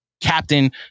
captain